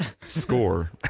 score